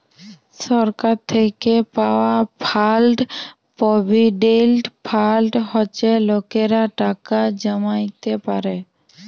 সরকার থ্যাইকে পাউয়া fund provident fund হছে লকেরা টাকা জ্যমাইতে পারে